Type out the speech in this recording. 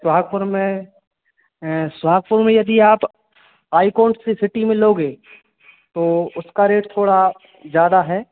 सोहागपुर में सोहागपुर में यदि आप हाई कोर्ट से सिटी में लोगे तो उसका रेट थोड़ा ज़्यादा है